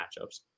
matchups